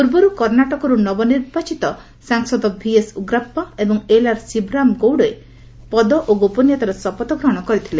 ପୂର୍ବରୁ କର୍ଣ୍ଣାଟକରୁ ନବନିର୍ବାଚିତ ସାଂସଦ ଭିଏସ୍ ଉଗ୍ରାପ୍ପା ଏବଂ ଏଲ୍ଆର୍ ଶିଭରାମେ ଗୌଡ଼ ପଦ ଓ ଗୋପନୀୟତାର ଶପଥ ଗ୍ରହଣ କରିଥିଲେ